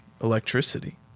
electricity